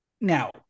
now